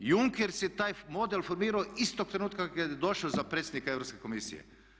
Junckers je taj model formirao istog trenutka kad je došao za predsjednika Europske komisije.